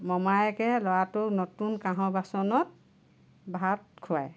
মমায়েকে ল'ৰাটোক নতুন কাঁহৰ বাচনত ভাত খোৱাই